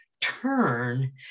turn